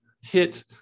hit